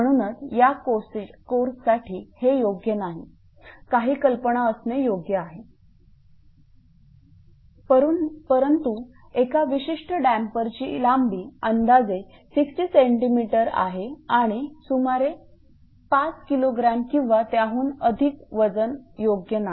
म्हणूनच या कोर्ससाठी हे योग्य नाही काही कल्पना असणे योग्य आहे परंतु एका विशिष्ट डॅम्परची लांबी अंदाजे 60 सेमी आहे आणि सुमारे 5 किलोग्राम किंवा त्याहून अधिक वजन योग्य नाही